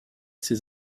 ces